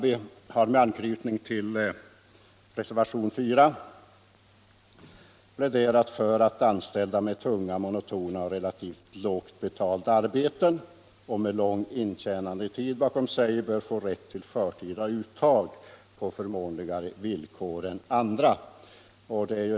Med anknytning till reservationen 4 pläderade herr Ringaby sedan för att anställda med tunga, monotona och relativt lågt betalda arbeten och lång intjänandetid bakom sig skulle få rätt till förtida uttag på förmånligare villkor än andra.